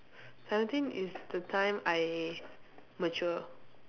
seventeen is the time I mature